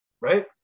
right